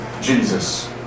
Jesus